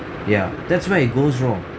yeah that's where it goes wrong